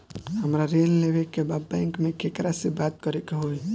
हमरा ऋण लेवे के बा बैंक में केकरा से बात करे के होई?